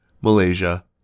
Malaysia